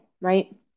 right